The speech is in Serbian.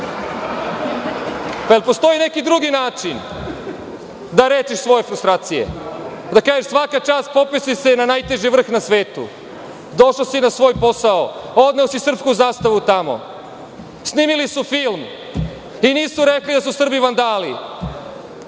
Da li postoji neki drugi način da leči svoje frustracije? Da kažeš svaka čast popeo si se na najteži vrh na svetu, došao si na svoj posao, pa odneo si srpsku zastavu tamo, snimili su film i nisu rekli da su Srbi vandali